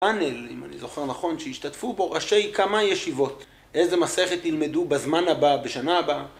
פאנל, אם אני זוכר נכון, שישתתפו פה ראשי כמה ישיבות, איזה מסכת ילמדו בזמן הבא, בשנה הבאה.